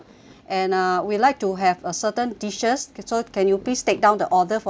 uh we'd like to have a certain dishes so can you please take down the order for us